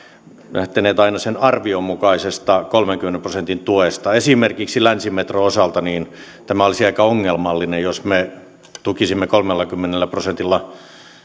lähteneet aina sen arvion mukaisesta kolmenkymmenen prosentin tuesta esimerkiksi länsimetron osalta tämä olisi aika ongelmallinen jos me tukisimme kolmellakymmenellä prosentilla